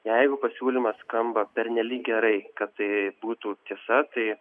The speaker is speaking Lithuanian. jeigu pasiūlymas skamba pernelyg gerai kad tai būtų tiesa tai